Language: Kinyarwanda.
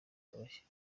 bitoroshye